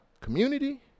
community